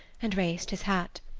and raised his hat.